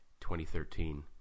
2013